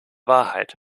wahrheit